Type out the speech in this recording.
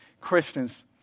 Christians